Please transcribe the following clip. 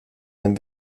wenn